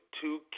two